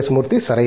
మూర్తి సరైనది